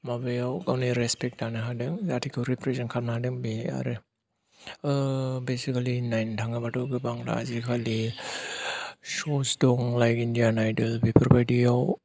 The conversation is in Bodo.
माबायाव गावनि रेसपेक्ट लानो हादों जाथिखौ रिप्रेजेन्ट खालामनो हादों बे आरो बेसिकेलि नायनो थाङोबाथ' गोबां आजिकालि श'स दं लाइक इन्दियान आइदल बेफोरबायदिआव